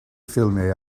ffilmiau